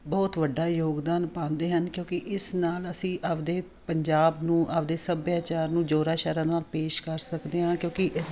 ਬਹੁਤ ਵੱਡਾ ਯੋਗਦਾਨ ਪਾਉਂਦੇ ਹਨ ਕਿਉਂਕਿ ਇਸ ਨਾਲ ਅਸੀਂ ਆਪਦੇ ਪੰਜਾਬ ਨੂੰ ਆਪਦੇ ਸੱਭਿਆਚਾਰ ਨੂੰ ਜ਼ੋਰਾ ਸ਼ੋਰਾ ਨਾਲ ਪੇਸ਼ ਕਰ ਸਕਦੇ ਹਾਂ ਕਿਉਂਕਿ